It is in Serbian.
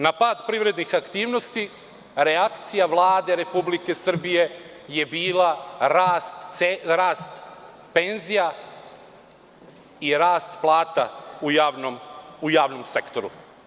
Na pad privrednih aktivnosti reakcija Vlade Republike Srbije je bila rast penzija i rast plata u javnom sektoru.